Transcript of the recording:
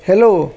hello